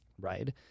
right